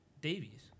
Davies